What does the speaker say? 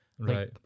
Right